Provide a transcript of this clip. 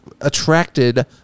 attracted